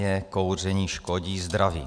Jasně, kouření škodí zdraví.